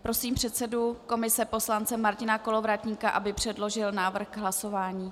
Prosím předsedu komise poslance Martina Kolovratníka, aby předložil návrh k hlasování.